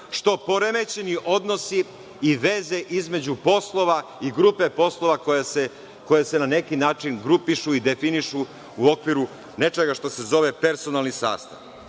što poremećeni odnosi i veze između poslova i grupe poslova koje se na neki način grupišu i definišu u okviru nečega što se zove personalni sastav.